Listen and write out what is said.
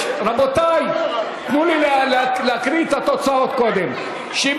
ההצעה להעביר את הצעת חוק לתיקון פקודת הראיות (הסרת חיסיון),